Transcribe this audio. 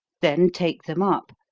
then take them up,